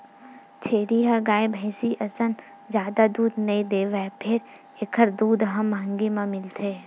छेरी ह गाय, भइसी असन जादा दूद नइ देवय फेर एखर दूद ह महंगी म मिलथे